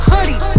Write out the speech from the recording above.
Hoodie